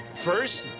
First